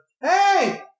hey